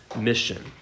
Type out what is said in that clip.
mission